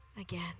again